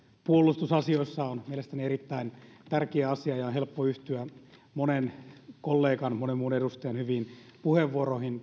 puolustusasioissa on mielestäni erittäin tärkeä asia ja on helppo yhtyä tässä aikaisempiin monen kollegan monen muun edustajan hyviin puheenvuoroihin